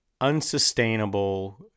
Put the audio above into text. unsustainable